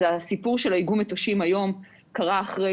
הסיפור של איגום המטושים היום קרה אחרי